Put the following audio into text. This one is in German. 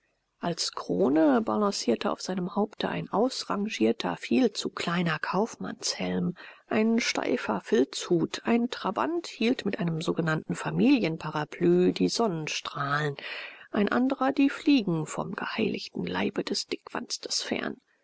als krone balancierte auf seinem haupte ein ausrangierter viel zu kleiner kaufmannshelm ein steifer filzhut ein trabant hielt mit einem sogenannten familienparapluie die sonnenstrahlen ein andrer die fliegen vom geheiligten leibe des dickwanstes fern